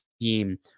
team